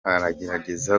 aragerageza